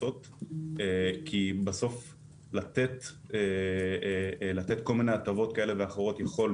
לתת כל מיני הטבות כאלה ואחרות יכול מצד אחד גם להתפרש לא נכון,